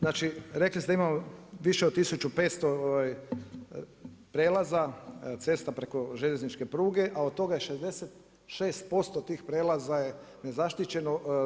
Znači, rekli ste da imamo više od 1500 prijelaza, cesta preko željezničke pruge a od toga je 66% tih prijelaza je nezaštićeno.